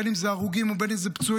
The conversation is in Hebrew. בין אם זה הרוגים ובין אם זה פצועים,